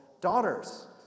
daughters